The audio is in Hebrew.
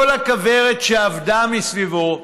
כל הכוורת שעבדה סביבו,